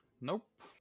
Nope